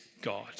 God